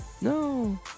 No